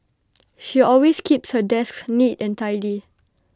she always keeps her desk neat and tidy